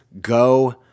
go